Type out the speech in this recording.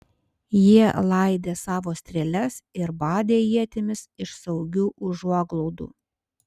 jie laidė savo strėles ir badė ietimis iš saugių užuoglaudų